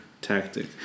tactic